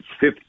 fifth